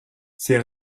ses